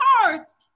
cards